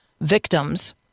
victims